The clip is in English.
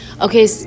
Okay